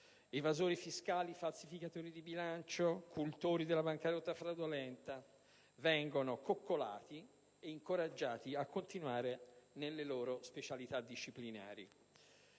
Evasori fiscali, falsificatori di bilancio, cultori della bancarotta fraudolenta vengono coccolati e incoraggiati a continuare nelle loro specialità disciplinari.